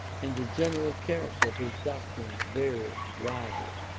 and the general character of his doctrines very widely.